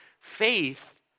Faith